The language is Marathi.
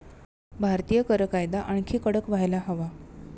भारतीय कर कायदा आणखी कडक व्हायला हवा